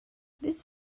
this